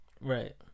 right